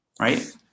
Right